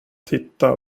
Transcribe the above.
titta